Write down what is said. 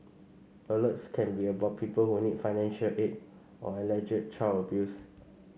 alerts can be about people who need financial aid or alleged child abuse